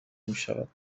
میشود